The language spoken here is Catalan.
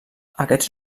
aquests